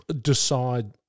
decide